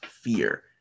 fear